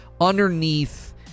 underneath